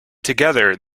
together